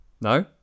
No